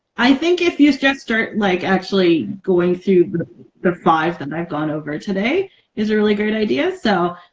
i think if you just start like actually going through but the five that i've gone over today is a really great idea. so